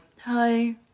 hi